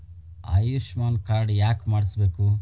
Ayushman card ಯಾಕೆ ಮಾಡಿಸಬೇಕು?